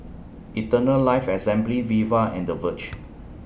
Eternal Life Assembly Viva and The Verge